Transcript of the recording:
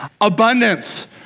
abundance